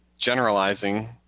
generalizing